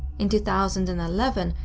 in two thousand and eleven,